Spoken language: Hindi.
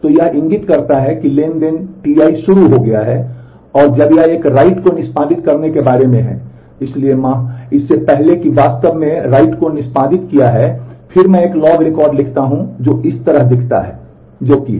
तो यह इंगित करता है कि ट्रांज़ैक्शन Ti शुरू हो गया है और जब यह एक राइट को निष्पादित किया है फिर मैं एक लॉग रिकॉर्ड लिखता हूं जो इस तरह दिखता है जो कि है